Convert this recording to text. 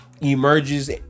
emerges